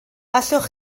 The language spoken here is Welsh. allwch